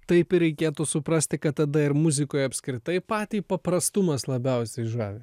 taip ir reikėtų suprasti kad tada ir muzikoje apskritai patį paprastumas labiausiai žavi